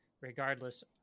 regardless